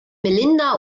melinda